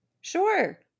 Sure